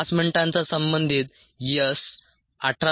5 मिनिटांचा संबंधित s 18